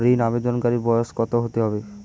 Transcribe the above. ঋন আবেদনকারী বয়স কত হতে হবে?